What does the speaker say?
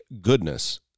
goodness